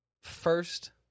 first